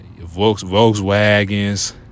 Volkswagens